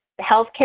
healthcare